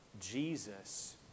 Jesus